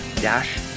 dash